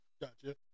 Gotcha